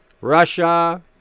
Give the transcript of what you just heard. Russia